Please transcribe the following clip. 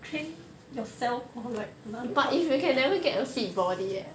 train yourself or like 哪里胖